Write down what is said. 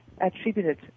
attributed